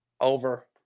Over